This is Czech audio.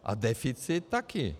A deficit taky.